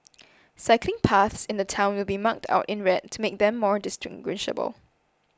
cycling paths in the town will be marked out in red to make them more distinguishable